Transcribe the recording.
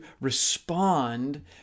respond